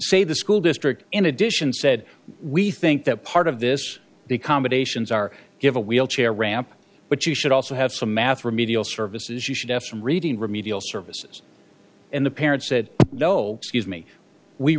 say the school district in addition said we think that part of this the accommodations are give a wheelchair ramp but you should also have some math remedial services you should have some reading remedial services and the parents said no excuse me we